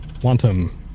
Quantum